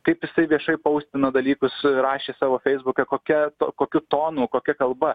kaip jisai viešai poustino dalykus rašė savo feisbuke kokia to kokiu tonu kokia kalba